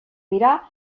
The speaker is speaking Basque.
dira